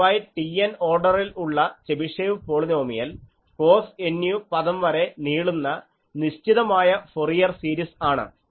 പൊതുവായി TN ഓർഡറിൽ ഉള്ള ചെബിഷേവ് പോളിനോമിയൽ കോസ് Nu പദം വരെ നീളുന്ന നിശ്ചിതമായ ഫൊറിയർ സീരിസ് ആണ്